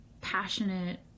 passionate